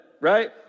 right